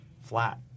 flat